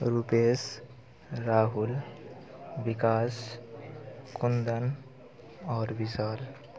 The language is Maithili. रूपेश राहुल विकास कुंदन आओर विशाल